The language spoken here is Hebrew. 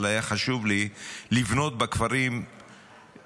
אבל היה חשוב לי לבנות בכפרים מרפאות,